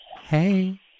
Hey